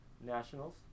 nationals